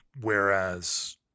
whereas